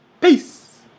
Peace